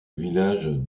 village